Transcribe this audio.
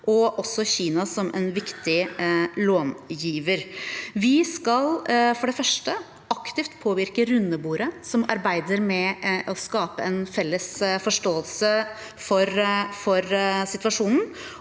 med Kina som en viktig långiver. Vi skal for det første aktivt påvirke rundebordet, som arbeider med å skape en felles forståelse av situasjonen,